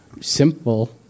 simple